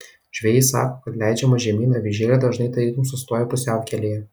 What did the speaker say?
žvejai sako kad leidžiama žemyn avižėlė dažnai tarytum sustoja pusiaukelėje